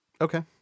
Okay